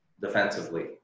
defensively